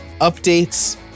updates